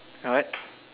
uh what